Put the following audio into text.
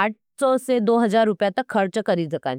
आठ सौ से दो हजार रुपया तक खर्च करी सकाँ।